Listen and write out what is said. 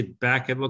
back